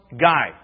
guy